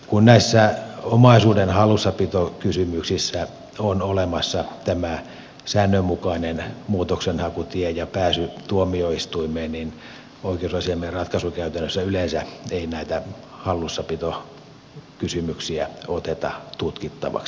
kun näissä omaisuuden hallussapitokysymyksissä on olemassa tämä säännönmukainen muutoksenhakutie ja pääsy tuomioistuimeen niin oikeusasiamiehen ratkaisukäytännössä yleensä ei näitä hallussapitokysymyksiä oteta tutkittavaksi